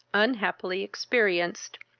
unhappily experienced,